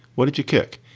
what did you kick?